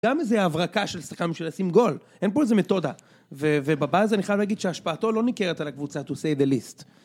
גם איזה הברקה של שחקן בשביל לשים גול, אין פה איזה מתודה. ובבאז אני חייב להגיד שההשפעתו לא ניכרת על הקבוצה תוסיי דליסט.